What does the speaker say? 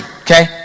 okay